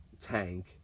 tank